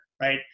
right